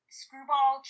screwball